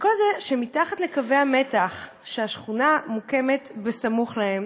וכל זה כשמתחת לקווי המתח שהשכונה מוקמת בסמוך להם